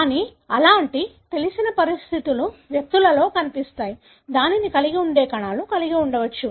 కానీ అలాంటి తెలిసిన పరిస్థితులు వ్యక్తులలో కనిపిస్తాయి దానిని కలిగి ఉండే కొన్ని కణాలు ఉండవచ్చు